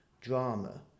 drama